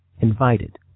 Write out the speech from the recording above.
Invited